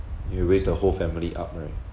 you raise the whole family up right